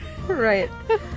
Right